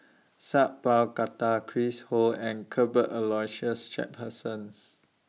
Sat Pal Khattar Chris Ho and Cuthbert Aloysius Shepherdson